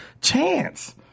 chance